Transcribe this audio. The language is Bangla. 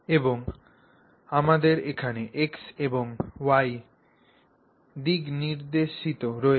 এবং আমাদের এখানে X এবং Y দিকনির্দেশিত রয়েছে